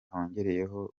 hiyongereyeho